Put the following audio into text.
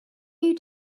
you